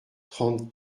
trente